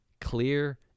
Clear